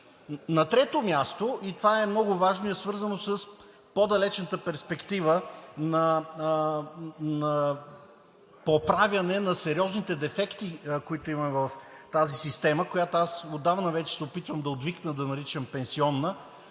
На трето място, и това е много важно, и е свързано с по-далечната перспектива на оправяне на сериозните дефекти, които имаме в тази система, която аз отдавна вече се опитвам да отвикна да наричам пенсионна,